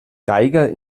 geiger